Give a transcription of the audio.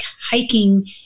hiking